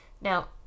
Now